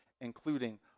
including